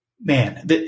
Man